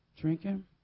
drinking